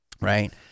right